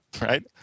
right